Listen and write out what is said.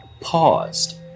paused